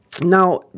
Now